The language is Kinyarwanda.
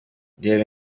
reba